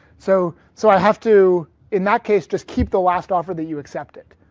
so so i have to in that case just keep the last offer that you accepted.